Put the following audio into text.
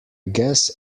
guess